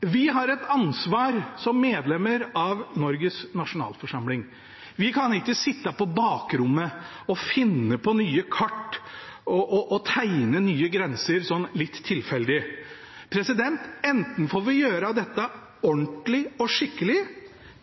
Vi har et ansvar som medlemmer av Norges nasjonalforsamling. Vi kan ikke sitte på bakrommet og finne på nye kart og tegne nye grenser litt tilfeldig. Enten får vi gjøre dette ordentlig og skikkelig,